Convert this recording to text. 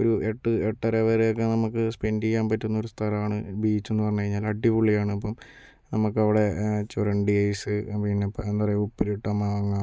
ഒരു എട്ട് എട്ടര വരെ ഒക്കെ നമുക്ക് സ്പെൻഡ് ചെയ്യാൻ പറ്റുന്ന ഒരു സ്ഥലമാണ് ബീച്ച് എന്ന് പറഞ്ഞു കഴിഞ്ഞാൽ അടിപൊളിയാണിപ്പോൾ നമുക്ക് അവിടെ ചുരണ്ടി ഐസ് പിന്നെ എന്താ പറയുക ഉപ്പിലിട്ട മാങ്ങ